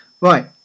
Right